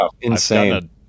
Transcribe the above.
insane